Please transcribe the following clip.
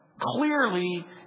Clearly